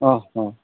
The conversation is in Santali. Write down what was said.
ᱚ ᱦᱚᱸ